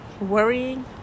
worrying